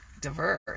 diverse